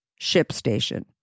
ShipStation